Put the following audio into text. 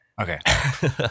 Okay